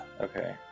Okay